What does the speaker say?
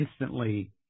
instantly